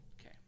Okay